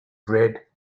red